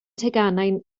teganau